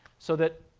so that